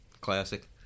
Classic